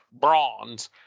bronze